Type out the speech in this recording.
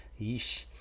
Yeesh